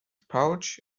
pouch